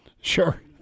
Sure